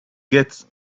get